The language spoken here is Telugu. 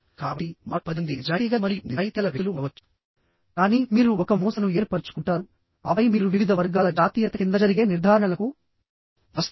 కాబట్టి మరో పది మంది నిజాయితీగల మరియు నిజాయితీగల వ్యక్తులు ఉండవచ్చు కానీ మీరు ఒక మూసను ఏర్పరుచుకుంటారు ఆపై మీరు వివిధ వర్గాల జాతీయత కింద జరిగే నిర్ధారణలకు వస్తారు